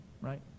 right